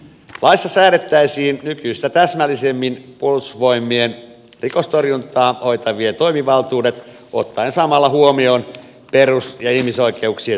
laissa säädettäisiin nykyistä täsmällisemmin puolustusvoimien rikostorjuntaa hoitavien toimivaltuudet ottaen samalla huomioon perus ja ihmisoikeuksien suojan